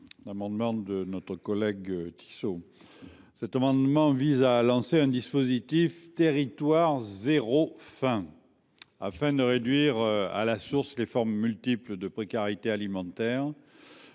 amendement de notre collègue Tissot vise à lancer un dispositif « Territoires zéro faim », afin de réduire à la source les formes multiples de précarité alimentaire.